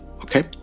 Okay